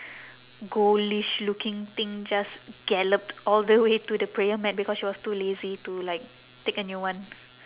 ghoulish looking thing just galloped all the way to the prayer mat because she was too lazy to like take a new one